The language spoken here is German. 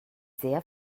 sehr